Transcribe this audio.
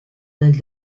del